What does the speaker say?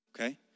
Okay